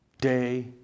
Day